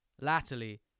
latterly